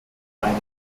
eine